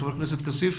חבר הכנסת כסיף.